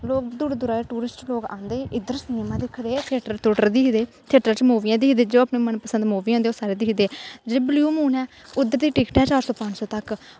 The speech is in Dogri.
लोग दूरा दूरा दे टुरिस्ट लोग औंदे इद्धर सिनेमा दिखदे फिल्मां फुल्मां दिखदे थियेटर च मूवियां दिखदे जो अपनी मन पसंद मूवियां होंदियां ओह् दिखदे जेह्ड़ा व्यू मून ऐ उद्धर दी टिकट ऐ चार सौ पंज सौ तक